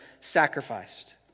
sacrificed